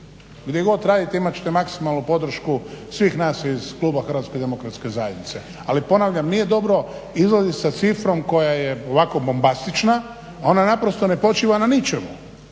Gdje god radite imat ćete maksimalnu podršku svih nas iz kluba Hrvatske demokratske zajednice. Ali ponavljam, nije dobro izlazit sa cifrom koja je ovako bombastična, a ona naprosto ne počiva na ničemu.